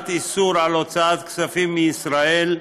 קביעת איסור על הוצאת כספים מישראל,